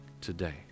today